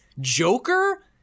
joker